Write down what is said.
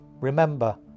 remember